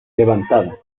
levantada